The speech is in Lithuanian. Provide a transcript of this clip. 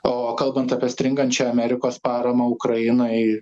o kalbant apie stringančią amerikos paramą ukrainai